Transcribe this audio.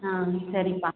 ஆ சரிப்பா